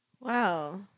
wow